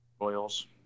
Royals